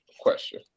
question